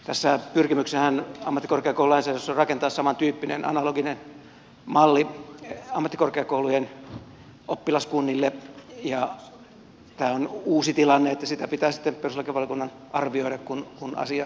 tässä ammattikorkeakoululainsäädännössähän pyrkimyksenä on rakentaa samantyyppinen analoginen malli ammattikorkeakoulujen oppilaskunnille ja tämä on uusi tilanne niin että sitä pitää sitten perustuslakivaliokunnan arvioida kun asia lausunnolle sinne tulee